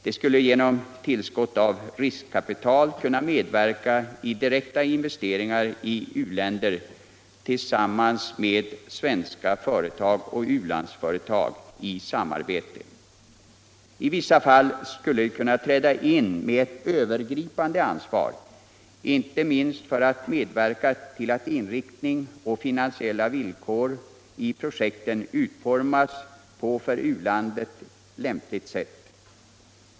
Det skulle genom tillskott av riskkapital kunna medverka i direkta investeringar i u-länder tillsammans med svenska företag och u-landsföretag i samarbete. I vissa fall skulle det kunna träda in med ett övergripande ansvar, inte minst för att medverka till att inriktning och finansielta villkor i projekten utformas på för u-landet lämpligt sätt.